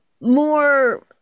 more